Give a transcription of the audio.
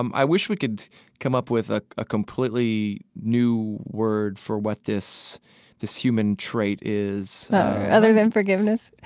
um i wish we could come up with a ah completely new word for what this this human trait is other than forgiveness?